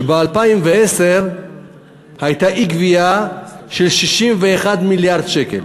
שב-2010 הייתה אי-גבייה של 61 מיליארד שקל.